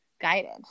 guided